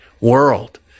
world